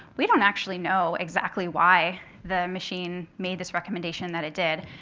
we don't actually know exactly why the machine made this recommendation that it did.